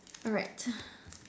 alright